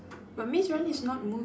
but maze runner is not movies